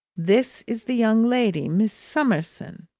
this is the young lady. miss summerson.